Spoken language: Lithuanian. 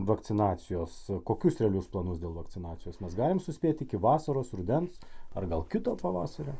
vakcinacijos kokius realius planus dėl vakcinacijos mes galim suspėti iki vasaros rudens ar gal kito pavasario